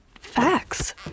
facts